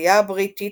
הספרייה הבריטית,